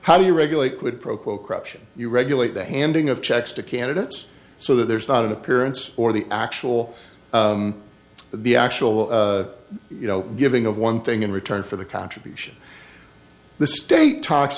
how do you regulate quid pro quo corruption you regulate the handing of checks to candidates so that there's not an appearance or the actual the actual you know giving of one thing in return for the contribution the state talks